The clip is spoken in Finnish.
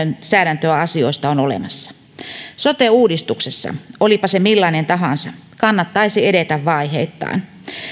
lainsäädäntöä asioista on olemassa sote uudistuksessa olipa se millainen tahansa kannattaisi edetä vaiheittain